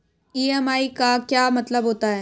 EMI का क्या मतलब होता है?